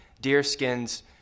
deerskins